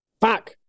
Fuck